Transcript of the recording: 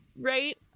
right